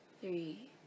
three